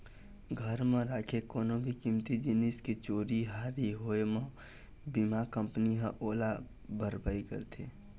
घर म राखे कोनो भी कीमती जिनिस के चोरी हारी होए म बीमा कंपनी ह ओला भरपाई करथे